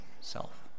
self